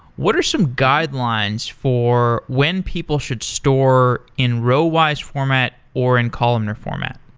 what are some guidelines for when people should store in row-wise format, or in columnar format?